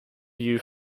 view